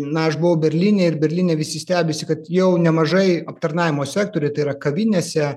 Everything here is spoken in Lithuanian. na aš buvau berlyne ir berlyne visi stebisi kad jau nemažai aptarnavimo sektoriuje tai yra kavinėse